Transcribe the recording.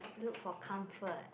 look for comfort